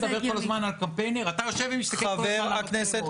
חבר הכנסת